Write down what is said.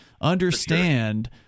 understand